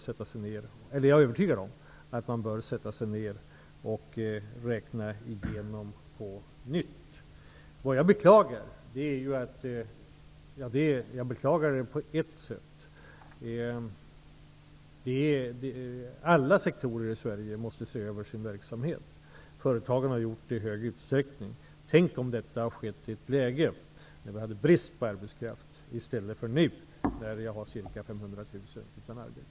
Jag är övertygad om att man bör sätta sig ned och räkna igenom det hela på nytt med tanke på de nya Alla sektorer i Sverige måste se över sin verksamhet. Företagen har i stor utsträckning gjort det. Tänk om detta hade skett i ett läge då vi hade brist på arbetskraft i stället för nu, när ca 500 000 är utan arbete!